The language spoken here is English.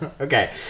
okay